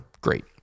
Great